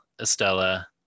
Estella